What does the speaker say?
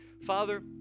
Father